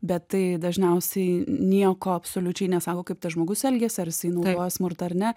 bet tai dažniausiai nieko absoliučiai nesako kaip tas žmogus elgiasi ar jisai naudoja smurtą ar ne